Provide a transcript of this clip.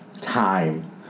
time